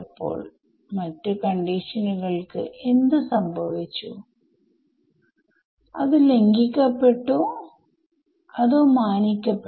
ഇപ്പോൾ നമ്മൾ ടൈം എക്സ്പ്ലിസിറ്റിലിആണ് കൈകാര്യം ചെയ്യുന്നത്അതുകൊണ്ടാണ് ഇപ്പൊൾ അത് പഠിക്കുന്നത്